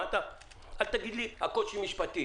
קושי משפטי?